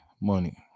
money